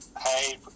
Hey